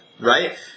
right